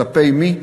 כלפי מי?